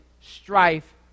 strife